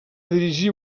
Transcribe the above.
dirigir